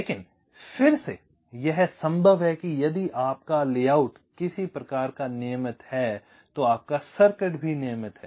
लेकिन फिर से यह संभव है यदि आपका लेआउट किसी प्रकार का नियमित है तो आपका सर्किट नियमित है